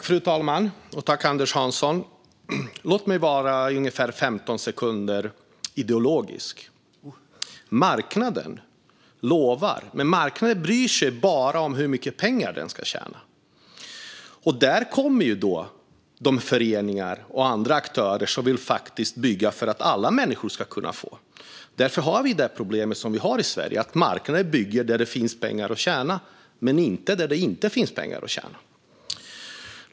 Fru talman! Låt mig vara ideologisk i ungefär 15 sekunder. Marknaden lovar, men marknaden bryr sig bara om hur mycket pengar den kan tjäna. Därtill kommer då de föreningar och andra aktörer som faktiskt vill bygga för att alla människor ska kunna få detta. Därför har vi det problem vi har i Sverige, nämligen att marknaden bygger där det finns pengar att tjäna men inte där det inte finns pengar att tjäna.